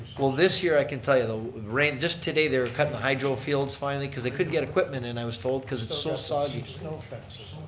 well this year i can tell you, the rain, just today they were cutting the hydro fields finally, cause they couldn't get equipment in i was told cause it's so soggy. snow fences.